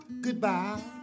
goodbye